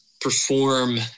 perform